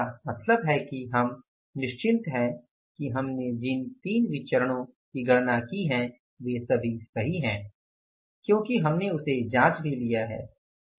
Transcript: इसका मतलब है कि हम निश्चिन्त है कि हमने जिन तीन विचरणो की गणना की वे सभी सही हैं क्योंकि हमने उसे जाँच भी लिया है